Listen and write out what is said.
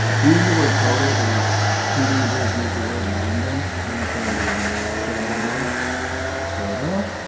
he used the word total the way teenagers use the word random. my authority is like so total.